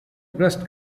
breast